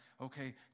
Okay